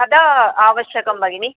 कदा आवश्यकं भगिनि